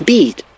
Beat